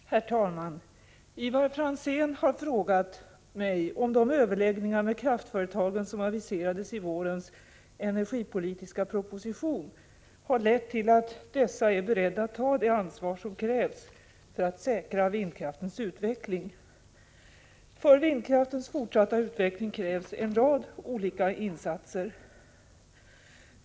OMM RAR VR Herr talman! Ivar Franzén har frågat mig om de överläggningar med i end Skare raften kraftföretagen som aviserades i vårens energipolitiska proposition har lett till att dessa är beredda att ta det ansvar som krävs för att säkra vindkraftens utveckling. För vindkraftens fortsatta utveckling krävs en rad olika insatser.